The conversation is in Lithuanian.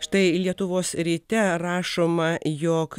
štai lietuvos ryte rašoma jog